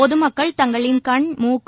பொதுமக்கள் தங்களின் கண் மூக்கு